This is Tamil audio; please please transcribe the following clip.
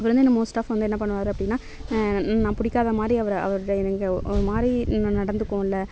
அவரு வந்து என்ன மோஸ்ட் ஆஃப் என்ன பண்ணுவார் அப்படின்னா நான் புடிக்காத மாதிரி ஒருமாதிரி அவர ஒரு மாதிரி நடத்துக்குவோம்ல